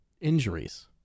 injuries